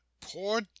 Poor